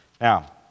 Now